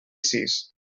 sis